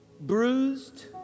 bruised